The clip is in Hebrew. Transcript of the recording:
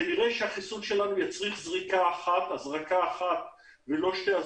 כנראה שהחיסון שלנו יצריך הזרקה אחת ולא שתיים